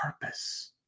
purpose